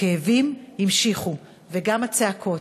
הכאבים נמשכו, וגם הצעקות.